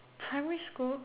primary school